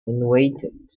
waited